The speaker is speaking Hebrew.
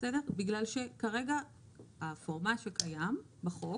כי הפורמט שקיים כרגע בחוק